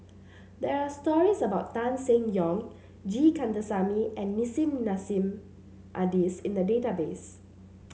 there are stories about Tan Seng Yong G Kandasamy and Nissim Nassim Adis in the database